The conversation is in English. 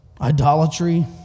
Idolatry